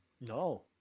No